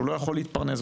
שהוא לא יכול להתפרנס,